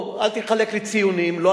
שאנשי "אגד" טוענים כלפיהם שזה לא הם,